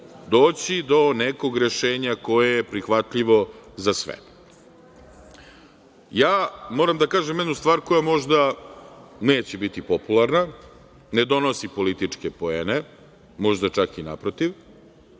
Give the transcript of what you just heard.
doći do nekog rešenja koje je prihvatljivo za sve. Moram da kažem jednu stvar koja možda neće biti popularna, ne donosi političke poene, možda čak i naprotiv,